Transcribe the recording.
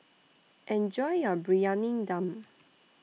Enjoy your Briyani Dum